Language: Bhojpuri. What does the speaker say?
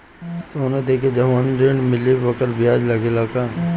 सोना देके जवन ऋण मिली वोकर ब्याज लगेला का?